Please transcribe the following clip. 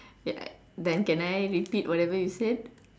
ya then can I repeat whatever you said